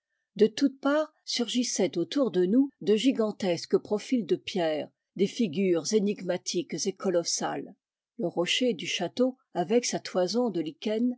de toutes parts surgissaient autour de nous de gigantesques profils de pierre des figures énigmatiques et colossales le rocher du château avec sa toison de